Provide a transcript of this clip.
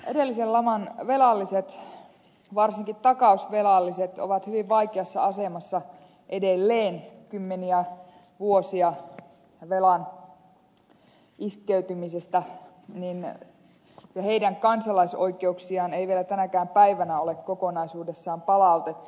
edellisen laman velalliset varsinkin takausvelalliset ovat hyvin vaikeassa asemassa edelleen kymmeniä vuosia velan iskeytymisestä ja heidän kansalaisoikeuksiaan ei vielä tänäkään päivänä ole kokonaisuudessaan palautettu